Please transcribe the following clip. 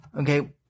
Okay